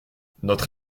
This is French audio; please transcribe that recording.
notre